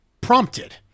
prompted